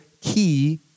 key